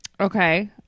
Okay